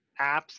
apps